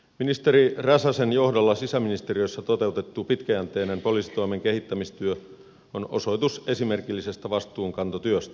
ministeri räsäsen johdolla sisäministeriössä toteutettu pitkäjänteinen poliisitoimen kehittämistyö on osoitus esimerkillisestä vastuunkantotyöstä